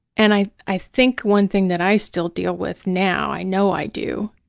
and i i think one thing that i still deal with now, i know i do,